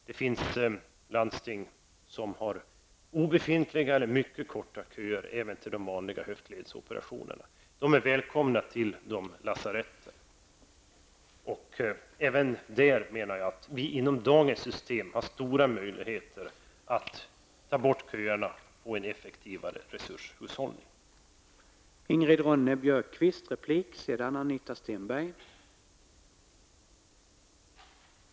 Det finns landsting med obefintliga eller mycket korta köer, även till de vanliga höftledsoperationerna. Patienterna är välkomna till de lasaretten. Där menar jag att vi inom dagens system har stora möjligheter att ta bort köerna och få en effektivare resurshushållning.